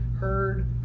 heard